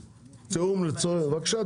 בבקשה,